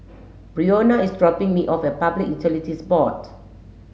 Brionna is dropping me off at Public Utilities Board